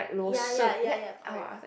ya ya ya ya correct